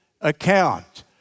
account